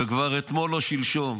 כבר אתמול או שלשום.